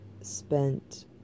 spent